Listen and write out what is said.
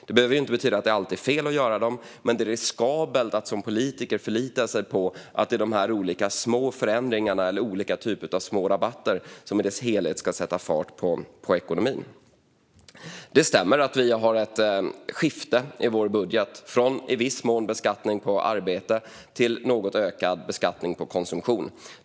Det behöver inte betyda att det alltid är fel att införa dem, men det är riskabelt att som politiker förlita sig på att det är dessa olika små förändringar eller rabatter som i sin helhet ska sätta fart på ekonomin. Det stämmer att vi i vår budget har ett skifte från i viss mån beskattning på arbete till något ökad beskattning på konsumtion.